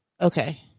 Okay